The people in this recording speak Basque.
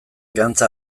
gantza